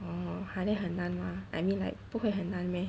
oh !huh! then 很难吗 I mean like 不会很难 meh